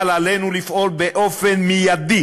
אבל עלינו לפעול באופן מיידי,